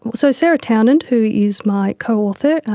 so sara townend who is my co-author,